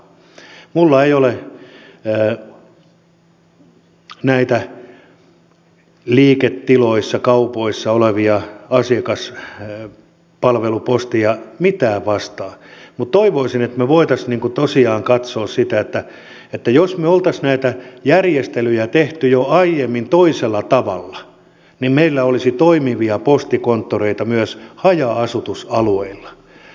minulla ei ole näitä liiketiloissa kaupoissa olevia asiakaspalveluposteja vastaan mitään mutta toivoisin että me voisimme tosiaan katsoa sitä että jos me olisimme näitä järjestelyjä tehneet jo aiemmin toisella tavalla niin meillä olisi toimivia postikonttoreita myös haja asutusalueilla